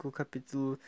capítulo